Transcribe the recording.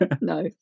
no